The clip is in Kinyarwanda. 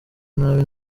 nabi